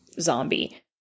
zombie